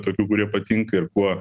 tokių kurie patinka ir kuo